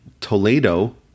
Toledo